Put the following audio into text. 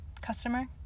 customer